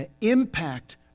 impact